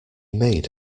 made